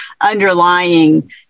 underlying